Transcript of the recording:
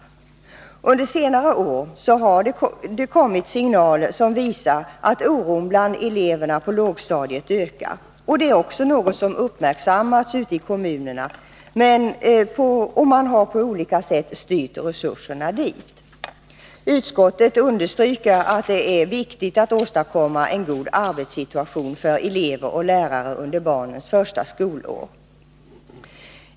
Under senare år har det kommit signaler som visar att oron bland eleverna på lågstadiet ökar. Det är också något som uppmärksammats ute i kommunerna, och man har på olika sätt styrt resurserna dit. Utskottet understryker att det är viktigt att åstadkomma en god arbetssituation för elever och lärare under barnens första skolår.